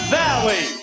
valley